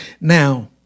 Now